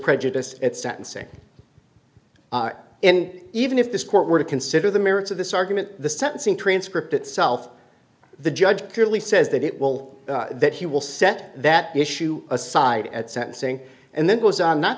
prejudice at sentencing and even if this court were to consider the merits of this argument the sentencing transcript itself the judge clearly says that it will that he will set that issue aside at sentencing and then goes on not